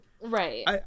Right